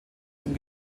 zum